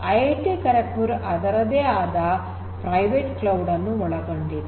IIT Kharagpur ಅದರದೇ ಆದ private cloud ನನ್ನು ಒಳಗೊಂಡಿದೆ